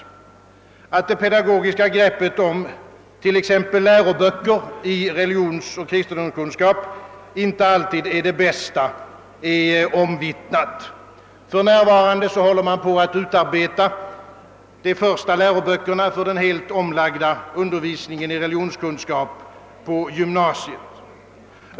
Att det pedagogiska greppet om t.ex. läroböcker i kristendomsoch religionskunskap inte alltid är det bästa är omvittnat. För närvarande håller man på med att utarbeta de första läroböckerna för den helt omlagda undervisningen i religionskunskap på gymnasiet.